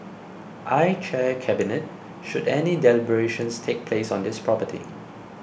I chair cabinet should any deliberations take place on this property